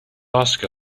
ask